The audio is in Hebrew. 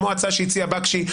כמו ההצעה שהציע בקשי,